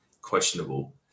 questionable